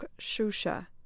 Shusha